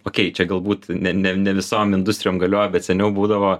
okei čia galbūt ne ne ne visom industrijom galioja bet seniau būdavo